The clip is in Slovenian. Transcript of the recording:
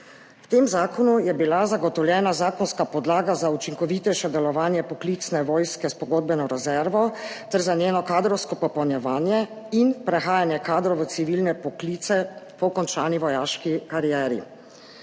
V tem zakonu je bila zagotovljena zakonska podlaga za učinkovitejše delovanje poklicne vojske s pogodbeno rezervo ter za njeno kadrovsko popolnjevanje in prehajanje kadrov v civilne poklice po končani vojaški karieri.